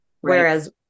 Whereas